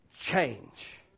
change